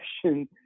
question